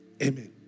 Amen